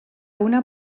una